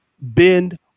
bend